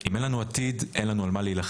אם אין לנו עתיד, אין לנו על מה להילחם.